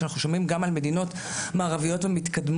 כשאנחנו שומעים גם על מדינות מערביות ומתקדמות.